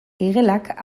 igelak